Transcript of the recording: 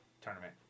tournament